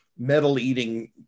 metal-eating